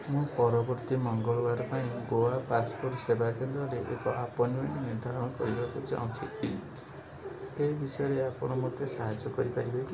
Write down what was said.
ମୁଁ ପରବର୍ତ୍ତୀ ମଙ୍ଗଳବାର ପାଇଁ ଗୋଆ ପାସପୋର୍ଟ ସେବା କେନ୍ଦ୍ରରେ ଏକ ଆପଏଣ୍ଟମେଣ୍ଟ ନିର୍ଦ୍ଧାରଣ କରିବାକୁ ଚାହୁଁଛି ଏ ବିଷୟରେ ଆପଣ ମୋତେ ସାହାଯ୍ୟ କରିପାରିବେ କି